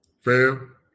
fam